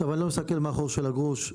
אני לא מסתכל מהחור של הגרוש,